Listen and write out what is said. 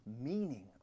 meaning